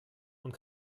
und